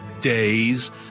days